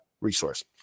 resource